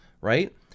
right